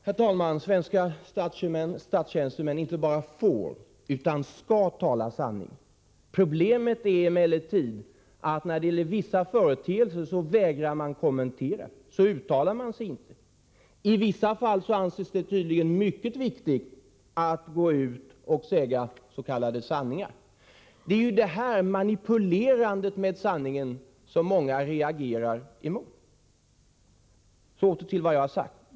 Herr talman! Svenska statstjänstemän inte bara får, utan skall tala sanning. Problemet är emellertid att man vägrar att kommentera och uttala sig om vissa företeelser, medan det i andra fall tydligen anses mycket viktigt att gå ut och säga s.k. sanningar. Det är detta manipulerande med sanningen som många reagerar mot. Åter till vad jag har sagt.